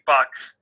Bucks